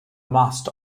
must